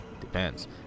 depends